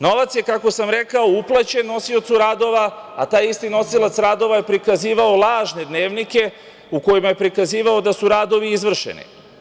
Novac je, kako sam rekao, uplaćen nosiocu radova, a taj isti nosilac radova je prikazivao lažne dnevnike u kojima je prikazivao da su radovi izvršeni.